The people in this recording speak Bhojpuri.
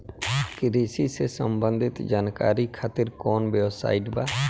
कृषि से संबंधित जानकारी खातिर कवन वेबसाइट बा?